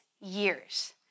years